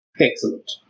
Excellent